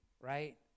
right